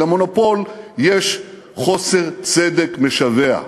כי במונופול יש חוסר צדק משווע.